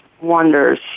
wonders